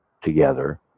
together